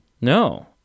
No